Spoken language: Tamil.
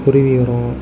குருவி வரும்